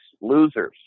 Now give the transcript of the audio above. losers